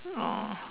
oh